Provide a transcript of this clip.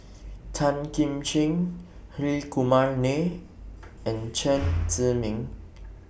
Tan Kim Ching Hri Kumar Nair and Chen Zhiming